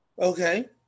Okay